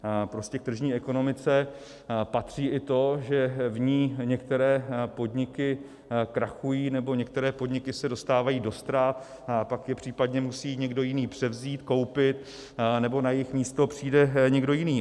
K tržní ekonomice prostě patří i to, že v ní některé podniky krachují nebo některé podniky se dostávají do ztrát, a pak je případně musí někdo jiný převzít, koupit nebo na jejich místo přijde někdo jiný.